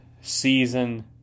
season